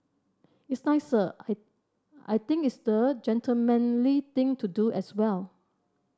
it's nicer I think it's the gentlemanly thing to do as well